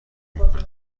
میکنه